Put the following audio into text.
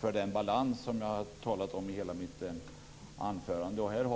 för den balans som jag talade om i mitt anförande.